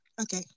Okay